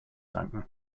danken